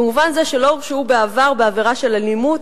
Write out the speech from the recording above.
במובן זה שלא הורשעו בעבר בעבירה של אלימות,